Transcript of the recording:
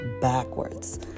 backwards